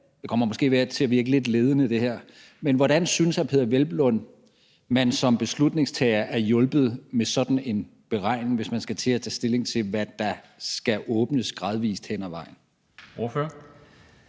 her kommer måske til at virke lidt ledende – synes hr. Peder Hvelplund man som beslutningstager er hjulpet med sådan en beregning, hvis man skal til at tage stilling til, hvad der skal åbnes gradvist hen ad vejen? Kl.